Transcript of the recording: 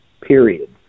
Period